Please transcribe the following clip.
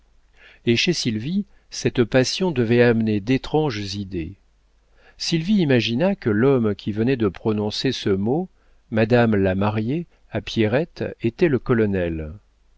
et chez sylvie cette passion devait amener d'étranges idées sylvie imagina que l'homme qui venait de prononcer ce mot madame la mariée à pierrette était le colonel